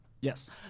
Yes